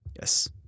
Yes